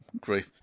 great